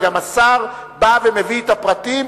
וגם השר בא ומביא את הפרטים,